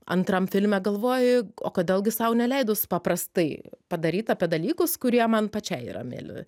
antram filme galvoji o kodėl gi sau neleidus paprastai padaryt apie dalykus kurie man pačiai yra mieli